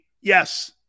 Yes